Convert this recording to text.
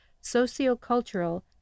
socio-cultural